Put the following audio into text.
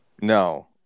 No